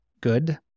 good